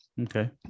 Okay